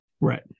Right